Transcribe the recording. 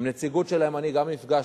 עם נציגות שלהם גם אני נפגשתי,